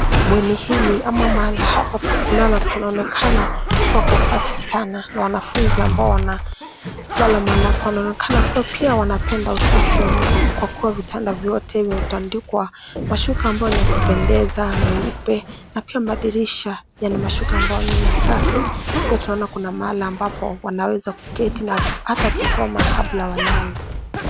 Bweni hili ama mahali hapa pa kulala panaonekana kuwa pa safi sana na wanafunzi ambao wanalala mahali hapa wanaonekanakuwa pia wapenda usafi mno, kwa kuwa vitanda vyote vimetandikwa kwa shuka ambao ni ya kupendeza meupe na pia madirisha yana mashuka ambayo ni masafi. Pia tunaona kuna mahali hapo wanaweza kuketi na hata kusoma kabla walala.